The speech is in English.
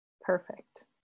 Perfect